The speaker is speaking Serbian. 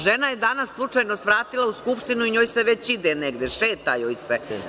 Žena je danas slučajno svratila u Skupštinu i njoj se već ide negde, šeta joj se.